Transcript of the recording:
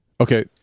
Okay